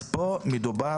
אז פה מדובר,